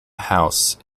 house